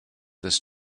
this